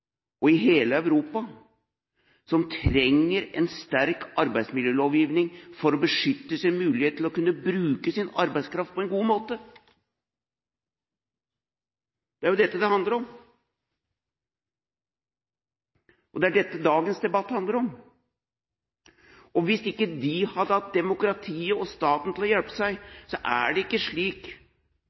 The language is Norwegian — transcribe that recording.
og i hele Europa som trenger en sterk arbeidsmiljølovgivning for å beskytte sin mulighet til å bruke arbeidskraften sin på en god måte. Det er jo dette det handler om, og det er dette dagens debatt handler om. Hvis de ikke hadde hatt demokratiet og staten til å hjelpe seg, er det ikke – som Røe Isaksen forsøker å si – slik